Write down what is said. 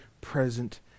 present